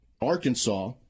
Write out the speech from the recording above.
Arkansas